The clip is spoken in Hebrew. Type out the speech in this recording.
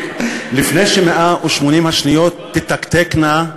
ש-180 השניות תתקתקנה,